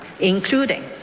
including